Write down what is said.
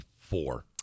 four